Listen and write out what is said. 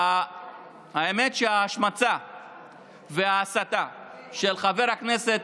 האמת היא שההשמצה וההסתה של חבר הכנסת